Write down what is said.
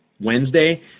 Wednesday